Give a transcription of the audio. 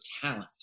talent